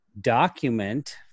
document